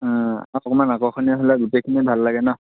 অঁ অকমান আকৰ্ষণীয় হ'লে গোটেইখিনি ভাল লাগে ন